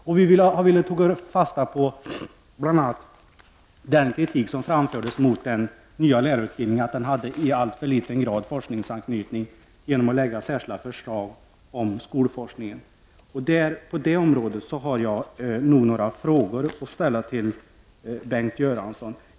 Vidare har vi bl.a. tagit fasta på den kritik som framfördes mot den nya lärartidningen. Den hade, menade man, i alltför ringa grad forskningsanknytning. Därför har vi lagt fram särskilda förslag om skolforskningen. På detta område har jag några frågor till Bengt Göransson.